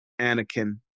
Anakin